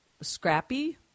scrappy